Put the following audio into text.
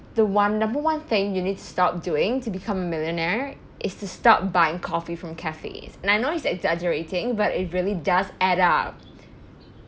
the one number one thing you need to stop doing to become a millionaire is to stop buying coffee from cafes and I know he's exaggerating but it really does add up